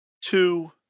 two